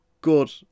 good